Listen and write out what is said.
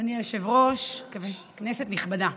אדוני היושב-ראש, כנסת נכבדה,